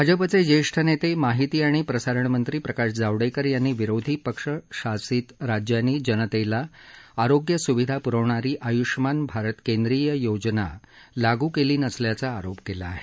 भाजपाचे ज्येष्ठ नेते माहिती आणि प्रसारण मंत्री प्रकाश जावडेकर यांनी विरोधी पक्षशासित राज्यांनी जनतेला आरोग्य सुविधा प्रविणारी आय्ष्मान भारत केंद्रीय योजना लागू केली नसल्याचा आरोप केला आहे